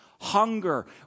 Hunger